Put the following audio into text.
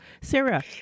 Sarah